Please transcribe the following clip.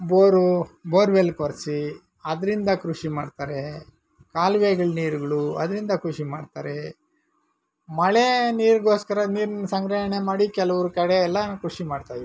bore borewell ಕೊರೆಸಿ ಅದರಿಂದ ಕೃಷಿ ಮಾಡ್ತಾರೆ ಕಾಲುವೆಗಳು ನೀರುಗಳು ಅದರಿಂದ ಕೃಷಿ ಮಾಡ್ತಾರೆ ಮಳೆ ನೀರಿಗೋಸ್ಕರ ನೀರ್ನ ಸಂಗ್ರಹಣೆ ಮಾಡಿ ಕೆಲವ್ರ ಕಡೆಯೆಲ್ಲ ಕೃಷಿ ಮಾಡ್ತಾ ಇದ್ದಾರೆ